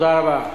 תודה רבה.